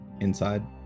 inside